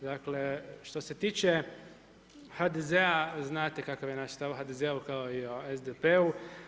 Dakle, što se tiče HDZ-a znate kakav je naš stav o HDZ-u kao i o SDP-u.